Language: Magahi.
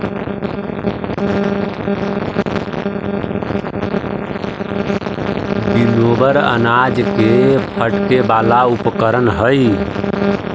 विनोवर अनाज के फटके वाला उपकरण हई